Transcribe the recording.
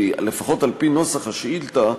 לפחות על-פי נוסח השאילתה,